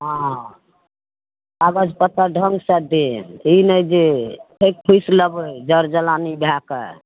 ओ कागज पत्तर ढङ्गसँ देब ई नहि जे ठकि फुसि लेबय जड़ जलानी भए कऽ